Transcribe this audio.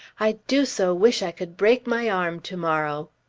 i do so wish i could break my arm to-morrow.